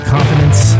Confidence